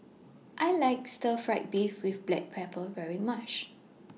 I like Stir Fried Beef with Black Pepper very much